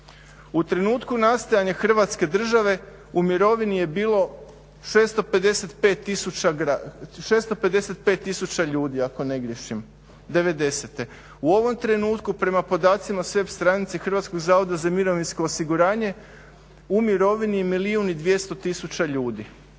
U trenutku nastajanja Hrvatske države u mirovini je bilo 655 tisuća ljudi ako ne griješim 90.-te. U ovom trenutku prema podacima s web stranice Hrvatskog zavoda za mirovinsko osiguranje u mirovini je milijun